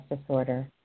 disorder